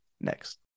next